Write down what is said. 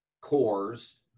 cores